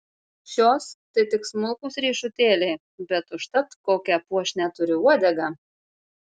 šios tai tik smulkūs riešutėliai bet užtat kokią puošnią turi uodegą